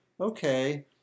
okay